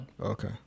okay